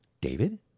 David